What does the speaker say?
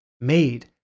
made